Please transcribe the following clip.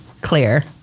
clear